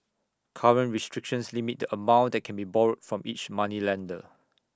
current restrictions limit the amount that can be borrowed from each moneylender